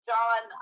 John